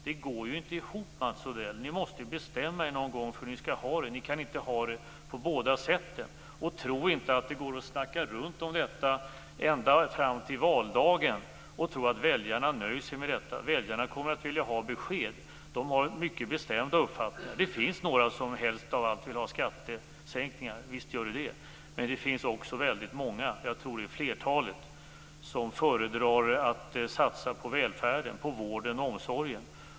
Det går ju inte ihop, Mats Odell! Ni måste bestämma er någon gång för hur ni skall ha det. Ni kan inte ha det på båda sätten. Tro inte att det går att snacka sig runt detta ända fram till valdagen och att väljarna nöjer sig med detta! Väljarna kommer att vilja ha besked. De har mycket bestämda uppfattningar. Visst finns det några som helst av allt vill ha skattesänkningar. Men det finns också väldigt många - jag tror att det är flertalet - som föredrar att satsa på välfärden, på vården och omsorgen.